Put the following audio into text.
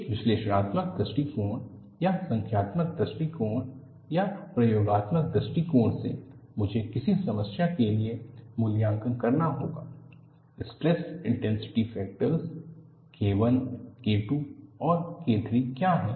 एक विश्लेषणात्मक दृष्टिकोण या संख्यात्मक दृष्टिकोण या प्रयोगात्मक दृष्टिकोण से मुझे किसी समस्या के लिए मूल्यांकन करना होगा stress intensity factors K 1 K 2 और K 3 क्या हैं